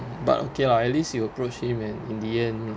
but okay lah at least you approached him and in the end like the job gets done lah